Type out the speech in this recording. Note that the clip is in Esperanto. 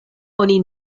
oni